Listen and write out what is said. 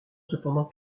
cependant